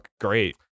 Great